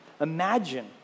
Imagine